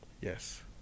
Yes